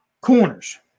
corners